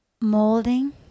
molding